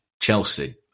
Chelsea